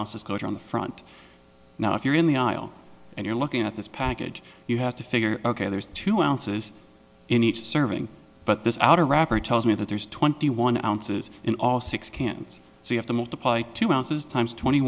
ounces coach on the front now if you're in the aisle and you're looking at this package you have to figure there's two ounces in each serving but this outer wrapper tells me that there's twenty one ounces in all six cans so you have to multiply two ounces times twenty